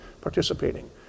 participating